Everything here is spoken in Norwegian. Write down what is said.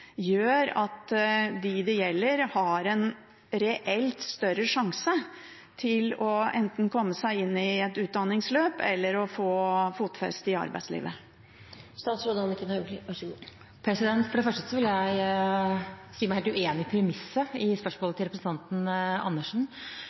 gjør at de det gjelder, reelt har en større sjanse til enten å komme seg inn i et utdanningsløp eller få fotfeste i arbeidslivet. For det første vil jeg si meg helt uenig i premisset i spørsmålet